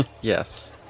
Yes